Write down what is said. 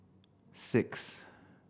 six